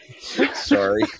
Sorry